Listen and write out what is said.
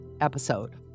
episode